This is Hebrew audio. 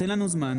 תן לנו זמן.